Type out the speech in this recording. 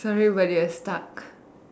sorry but you are stuck